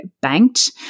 banked